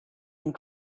and